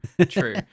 true